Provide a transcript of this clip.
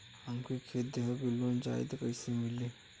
हमके खेत देखा के लोन चाहीत कईसे मिली?